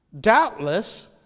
doubtless